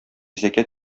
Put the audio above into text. зәкят